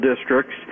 districts